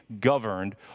governed